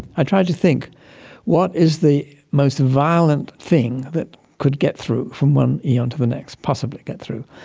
i tried to think what is the most violent thing that could get through from one eon to the next, possibly get through.